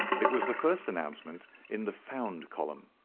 it was the first announcement in the found column.